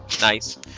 nice